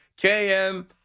KM